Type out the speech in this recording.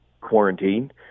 quarantine